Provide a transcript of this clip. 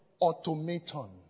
automaton